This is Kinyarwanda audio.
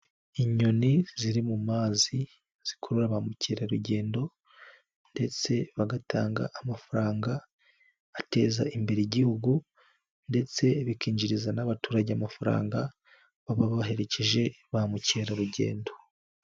Inyoni ziri mu mazi, zikurura ba mukerarugendo ndetse bagatanga amafaranga ateza imbere igihugu ndetse bikinjiriza n'abaturage amafaranga, baba baherekeje ba mukerarugendo.